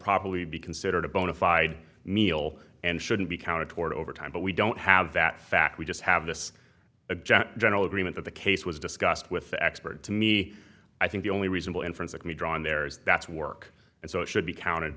probably be considered a bona fide meal and shouldn't be counted toward overtime but we don't have that fact we just have this object general agreement that the case was discussed with the expert to me i think the only reasonable inference at me drawn there is that's work and so should be counted